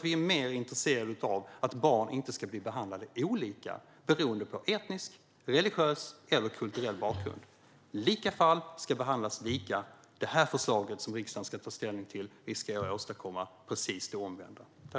Vi är mer intresserade av att barn inte ska behandlas olika beroende på etnisk, religiös eller kulturell bakgrund. Lika fall ska behandlas lika. Det här förslaget, som riksdagen ska ta ställning till, riskerar att åstadkomma det omvända.